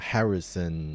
Harrison